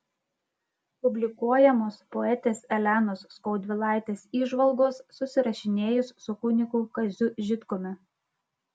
publikuojamos poetės elenos skaudvilaitės įžvalgos susirašinėjus su kunigu kaziu žitkumi